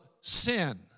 sin